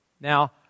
now